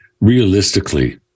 realistically